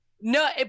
No